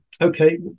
okay